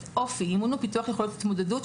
"אופ"י" אימון ופיתוח יכולת התמודדות.